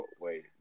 wait